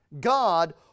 God